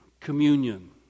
Communion